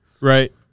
Right